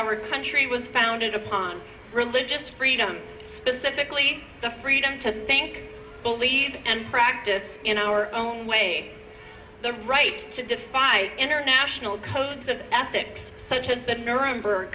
our country was founded upon religious freedom specifically the freedom to think believe and practice in our own way the right to defy international codes of ethics such as the nuremberg